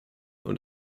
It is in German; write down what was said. und